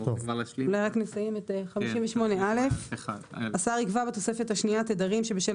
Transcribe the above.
רק נסיים את 58א. "58א1.השר יקבע בתוספת השנייה תדרים שבשל